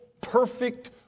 perfect